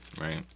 right